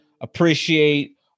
appreciate